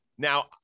Now